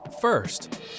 First